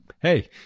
Hey